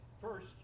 first